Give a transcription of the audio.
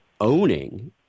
owning